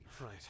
Right